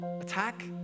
attack